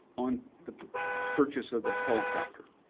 on the purchase of a helicopter.